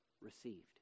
received